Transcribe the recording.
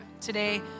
today